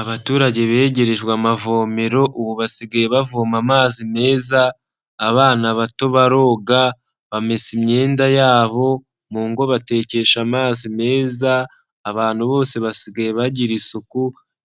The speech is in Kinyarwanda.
Abaturage begerejwe amavomero, ubu basigaye bavoma amazi meza, abana bato baroga, bamesa imyenda yabo, mu ngo batekesha amazi meza, abantu bose basigaye bagira isuku,